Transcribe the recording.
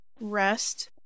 rest